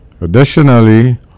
Additionally